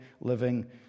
living